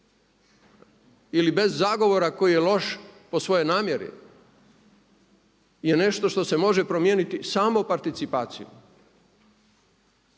ili bez zagovora koji je loš po svojoj namjeri je nešto što se može promijeniti samo participacijom.